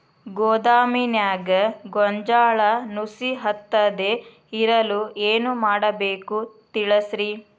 ಗೋದಾಮಿನ್ಯಾಗ ಗೋಂಜಾಳ ನುಸಿ ಹತ್ತದೇ ಇರಲು ಏನು ಮಾಡಬೇಕು ತಿಳಸ್ರಿ